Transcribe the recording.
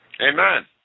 Amen